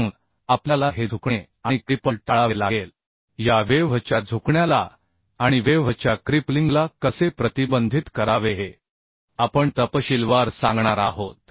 म्हणून आपल्याला हे झुकणे आणि क्रिपल टाळावे लागेल या वेव्ह च्या झुकण्याला आणि वेव्ह च्या क्रिपलिंगला कसे प्रतिबंधित करावे हे आपण तपशीलवार सांगणार आहोत